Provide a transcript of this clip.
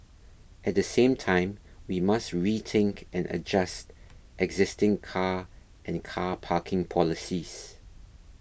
at the same time we must rethink and adjust existing car and car parking policies